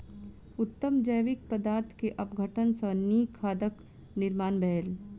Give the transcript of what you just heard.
उत्तम जैविक पदार्थ के अपघटन सॅ नीक खादक निर्माण भेल